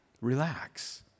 relax